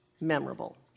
memorable